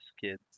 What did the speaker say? kids